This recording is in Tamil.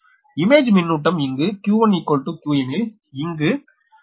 இமேஜ்மின்னூட்டம் இங்கு q1 q எனில் இங்கு மைனஸ் q